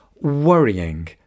worrying